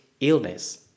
illness